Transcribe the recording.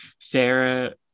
Sarah